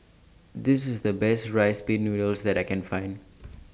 This IS The Best Rice Pin Noodles that I Can Find